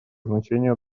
значение